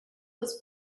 was